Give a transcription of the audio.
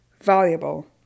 valuable